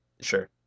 Sure